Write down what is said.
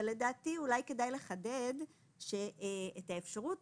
אבל לדעתי אולי כדאי לחדד את האפשרות